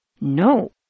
No